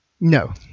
no